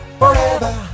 forever